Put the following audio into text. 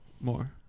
More